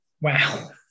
Wow